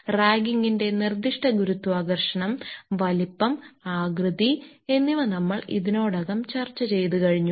റാഗ്ഗിങ്ങിന്റെ നിർദ്ദിഷ്ട ഗുരുത്വാകർഷണം വലുപ്പം ആകൃതി എന്നിവ നമ്മൾ ഇതിനോടകം ചർച്ച ചെയ്തു കഴിഞ്ഞു